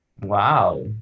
Wow